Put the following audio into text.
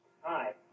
Hi